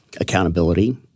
accountability